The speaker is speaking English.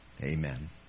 Amen